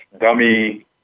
dummy